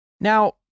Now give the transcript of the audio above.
Now